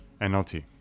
NLT